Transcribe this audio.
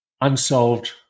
unsolved